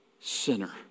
sinner